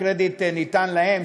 הקרדיט ניתן להם,